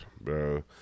bro